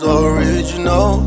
original